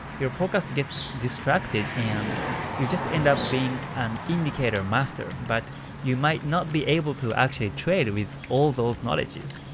your focus gets distracted and you just end up being an indicator master but you might not be able to actually trade with all those knowledges.